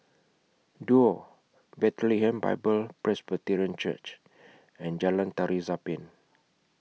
Duo Bethlehem Bible Presbyterian Church and Jalan Tari Zapin